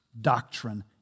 doctrine